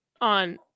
on